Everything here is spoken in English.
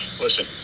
listen